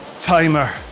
timer